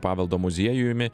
paveldo muziejumi